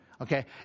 Okay